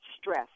stress